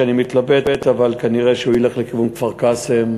אני מתלבט אבל כנראה הוא ילך לכיוון כפר-קאסם,